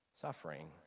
suffering